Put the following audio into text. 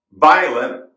violent